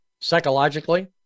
psychologically